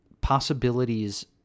possibilities